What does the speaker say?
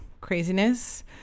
craziness